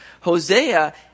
Hosea